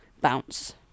bounce